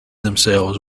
themselves